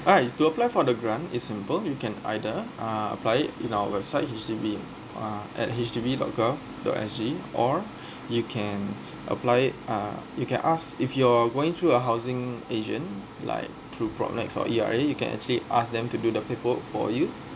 alright to apply for the grant is simple you can either uh apply it in our website H_D_B uh at H D B dot G O V dot S G or you can apply it uh you can ask if you're going through a housing agent like through pronex or E_R_A you can actually ask them to do the paperwork for you